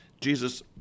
Jesus